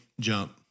jump